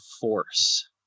force